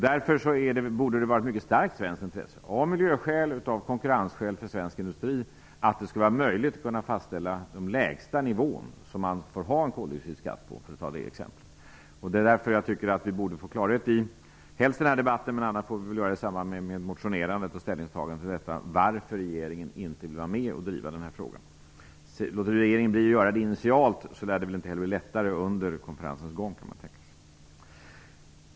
Därför borde det vara ett mycket starkt svenskt intresse att av miljöskäl och konkurrensskäl för svensk industri ha möjlighet att fastställa en lägsta nivå för en koldioxidskatt, för att ta det exemplet. Därför tycker jag att vi borde få klarhet om anledningen till att regeringen inte vill vara med och driva denna fråga - helst i den här debatten, annars i samband med motioner och senare ställningstaganden. Om inte regeringen driver frågan initialt, lär det väl inte heller bli lättare under konferensens gång.